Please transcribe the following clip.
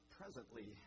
presently